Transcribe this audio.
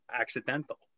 accidental